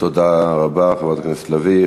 תודה רבה, חברת הכנסת לביא.